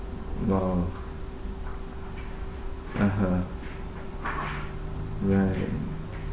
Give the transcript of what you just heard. !wow! (uh huh) right